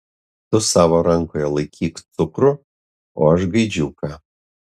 tu savo rankoje laikyk cukrų o aš gaidžiuką